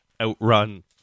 outrun